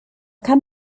kann